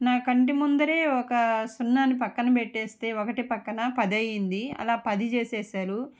నాకంటి ముందే ఒక సున్నాని పక్కన పెట్టేస్తే ఒకటి పక్కన పది అయ్యింది అలా పది చేసారు